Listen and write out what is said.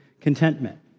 Contentment